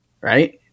Right